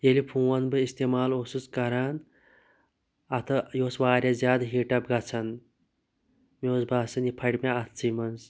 ییٚلہِ فون بہٕ اِستعمال اوسُس کَران اَتھ یہِ اوس وارِیاہ زیادٕ ہیٖٹ اَپ گَژھان مےٚ اوس بَاسان یہِ پھَٹہِ مےٚ اَتھسٕے منٛز